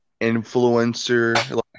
influencer